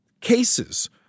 cases –